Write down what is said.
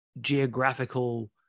geographical